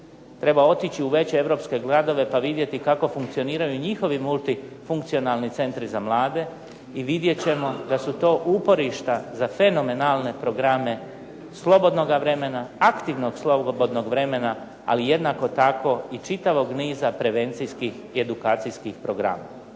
Treba otići u veće europske gradove pa vidjeti kako funkcioniraju njihovi multifunkcionalni centri za mlade i vidjet ćemo da su to uporišta za fenomenalne programe slobodnoga vremena, aktivnog slobodnog vremena, ali jednako tako i čitavog niza prevencijskih i edukacijskih programa.